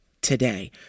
today